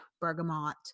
bergamot